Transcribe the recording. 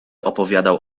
opowiadał